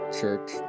Church